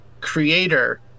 creator